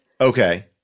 Okay